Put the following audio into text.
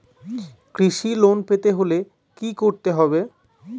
কৃষি লোন পেতে হলে কি করতে হবে?